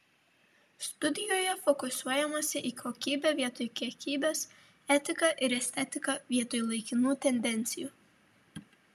studijoje fokusuojamasi į kokybę vietoj kiekybės etiką ir estetiką vietoj laikinų tendencijų